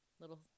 little